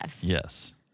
Yes